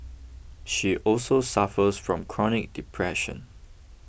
she also suffers from chronic depression